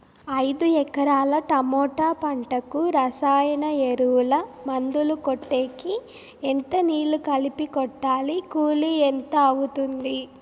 ఐదు ఎకరాల టమోటా పంటకు రసాయన ఎరువుల, మందులు కొట్టేకి ఎంత నీళ్లు కలిపి కొట్టాలి? కూలీ ఎంత అవుతుంది?